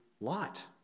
light